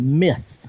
myth